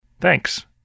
Thanks